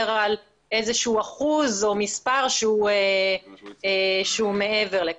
על איזה שהוא אחוז או מספר שהוא מעבר לכך.